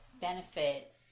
benefit